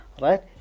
right